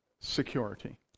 security